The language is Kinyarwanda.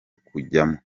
kujyamo